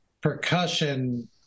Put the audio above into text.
percussion